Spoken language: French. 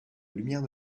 lumière